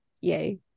yay